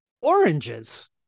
oranges